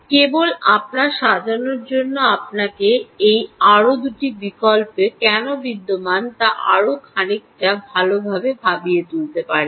কেবল আপনার সাজানোর জন্য আপনাকে এই আরও দুটি বিকল্পটি কেন বিদ্যমান তা আরও খানিকটা ভাবিয়ে তুলতে পারেন